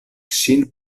ŝin